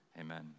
amen